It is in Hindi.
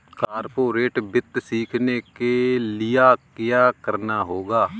कॉर्पोरेट वित्त सीखने के लिया क्या करना होगा